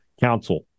Council